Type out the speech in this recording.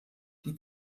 die